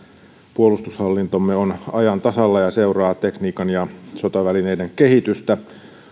puolustushallintomme on ajan tasalla ja seuraa tekniikan ja sotavälineiden kehitystä